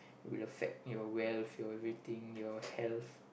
will affect your wealth your rating your health